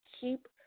keep